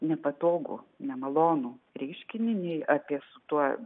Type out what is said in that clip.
nepatogų nemalonų reiškinį nei apie su tuo